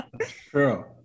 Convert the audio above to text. True